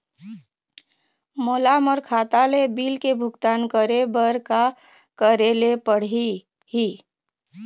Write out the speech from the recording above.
मोला मोर खाता ले बिल के भुगतान करे बर का करेले पड़ही ही?